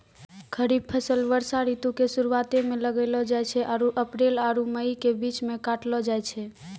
खरीफ फसल वर्षा ऋतु के शुरुआते मे लगैलो जाय छै आरु अप्रैल आरु मई के बीच मे काटलो जाय छै